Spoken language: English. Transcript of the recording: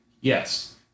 Yes